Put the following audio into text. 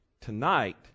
tonight